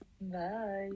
Bye